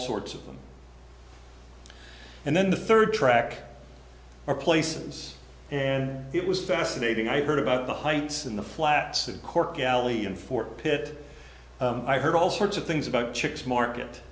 sorts of them and then the third track or places and it was fascinating i heard about the heights in the flats of cork alley and fort pitt i heard all sorts of things about chicks market